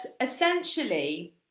essentially